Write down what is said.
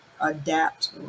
adapt